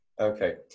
Okay